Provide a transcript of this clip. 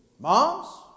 Moms